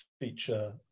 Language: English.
feature